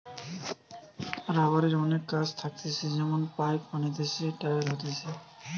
রাবারের অনেক কাজ থাকতিছে যেমন পাইপ বানাতিছে, টায়ার হতিছে